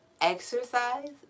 exercise